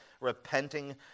repenting